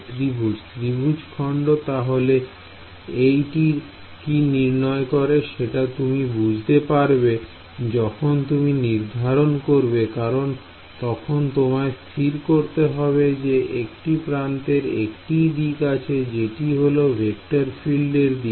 ত্রিভুজ ত্রিভুজ খন্ড তাহলে এই টির কি নির্ণয় করে সেটা তুমি বুঝতে পারবে যখন তুমি নির্ধারণ করবে কারণ তখন তোমায় স্থির করতে হবে যে একটি প্রান্তের একটিই দিক আছে যেটি হল ভেক্টর ফিল্ড এর দিক